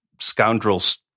scoundrels